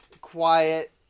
quiet